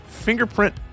Fingerprint